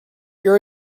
your